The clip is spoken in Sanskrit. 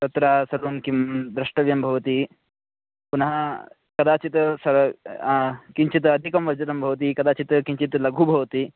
तत्र सर्वं किं द्रष्टव्यं भवति पुनः कदाचित् सः किञ्चित् अधिकं उक्तं भवति कदाचित् किञ्चित् लघु भवति